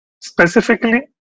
Specifically